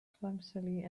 clumsily